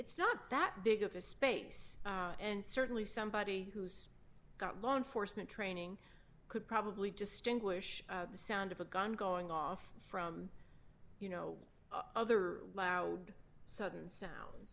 it's not that big of a space and certainly somebody who's got law enforcement training could probably distinguish the sound of a gun going off from you know other loud sudden sound